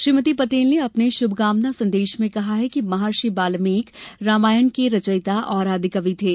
श्रीमती पटेल ने अपने श्भकामना संदेश में कहा कि महर्षि वाल्मीकी रामायण के रचियता और आदिकवि थे